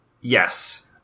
Yes